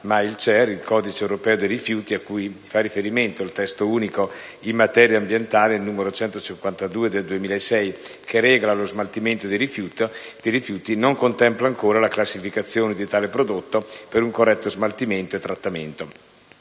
ma il Codice europeo dei rifiuti (CER) a cui fa riferimento il Testo unico in materia ambientale n. 152 del 2006 che regola lo smaltimento dei rifiuti, non contempla ancora la classificazione di tale prodotto per un corretto smaltimento e trattamento.